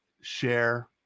share